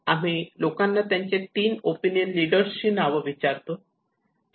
आम्ही लोकांना त्यांचे तीन ओपिनियन लीडर्स ची नावे विचारतो